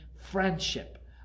friendship